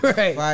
right